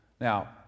Now